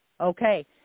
Okay